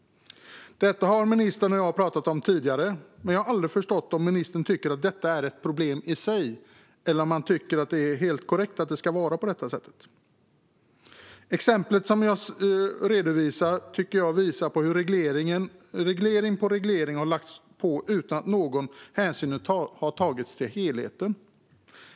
Detta har ministern och jag talat om tidigare, men jag har aldrig förstått om ministern tycker att detta är ett problem i sig eller om han tycker att det är helt korrekt och ska vara på detta sätt. Det exempel som jag tar upp tycker jag visar på hur reglering på reglering har lagts på utan att någon hänsyn har tagits till helheten.